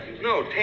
No